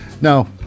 now